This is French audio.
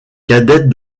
cadette